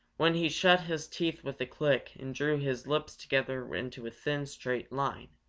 when he shut his teeth with a click and drew his lips together into a thin, straight line,